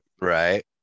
right